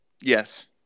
Yes